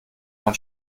man